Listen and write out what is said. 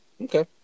Okay